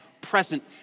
present